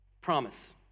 Promise